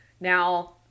Now